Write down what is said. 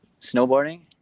Snowboarding